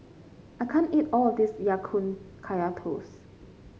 I can't eat all of this Ya Kun Kaya Toast